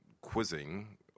quizzing